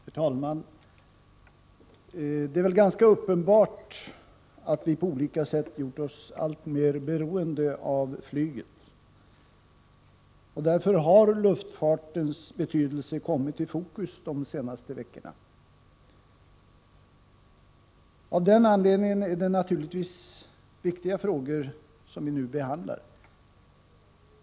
Herr talman! Det är väl ganska uppenbart att vi på olika sätt gjort oss alltmer beroende av flyget, och därför har luftfartens betydelse kommit i fokus under de senaste veckorna. Av den anledningen är det naturligtvis viktiga frågor vi nu behandlar.